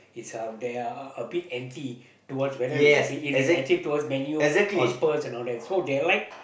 is uh there are a a bit anti towards whether is it is actually towards Man-U or Spurs and or all that so they like